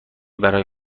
برای